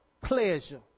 pleasure